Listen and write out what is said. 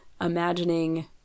imagining